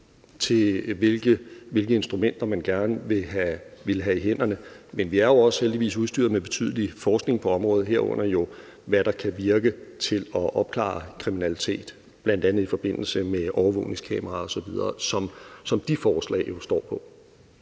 til, hvilke instrumenter man gerne vil have i hænderne. Men vi er jo heldigvis også udstyret med betydelig forskning på området, herunder jo, hvad der kan virke til at opklare kriminalitet bl.a. i forbindelse med overvågningskameraer osv., som de forslag jo står på.